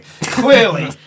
Clearly